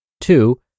two